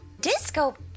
disco